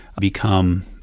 become